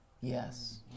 Yes